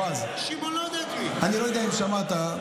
בועז, אני לא יודע אם שמעת,